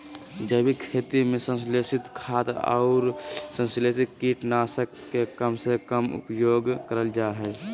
जैविक खेती में संश्लेषित खाद, अउर संस्लेषित कीट नाशक के कम से कम प्रयोग करल जा हई